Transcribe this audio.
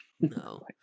no